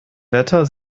wetter